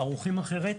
ערוכים אחרת,